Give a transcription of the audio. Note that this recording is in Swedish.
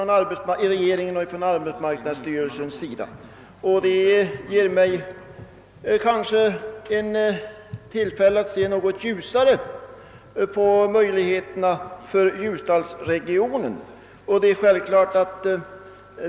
Jag kanske därmed har anledning att se något ljusare på möjligheterna för ljusdalsregionen.